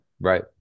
Right